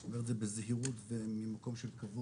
אני אומר את זה בזהירות וממקום של כבוד,